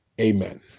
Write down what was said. Amen